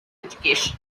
education